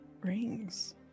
Rings